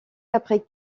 après